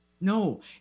No